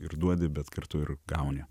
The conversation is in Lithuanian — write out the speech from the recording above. ir duodi bet kartu ir gauni